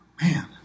Man